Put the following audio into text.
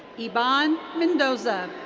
iban mendoza.